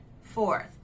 fourth